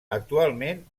actualment